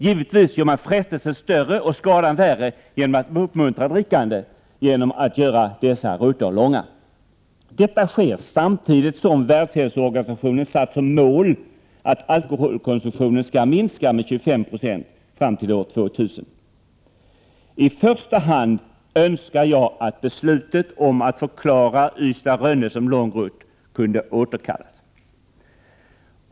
Givetvis gör man frestelsen större och skadan värre när man uppmuntrar drickandet genom att göra dessa rutter till långa rutter. Detta sker samtidigt som Världshälsoorganisationen har satt som mål att alkoholkonsumtionen skall minska med 25 96 fram till år 2000. I första hand önskar jag att beslutet att förklara Ystad— Rönne som lång rutt kunde återkallas.